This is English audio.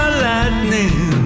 lightning